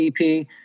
EP